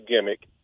gimmick